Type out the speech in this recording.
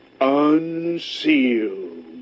unsealed